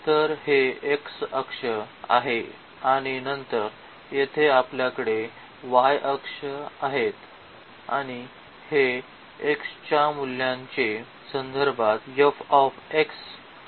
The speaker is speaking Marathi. तर हे x अक्ष आहे आणि नंतर येथे आपल्याकडे y अक्ष आहेत आणि हे x च्या मूल्यांच्या संदर्भात फंक्शन आहे